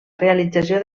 realització